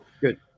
good